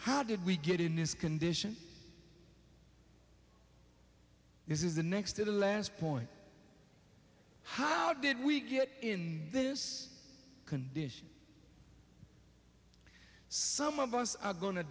how did we get in this condition this is the next to the last point how did we get in this condition some of us are go